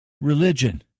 religion